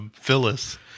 Phyllis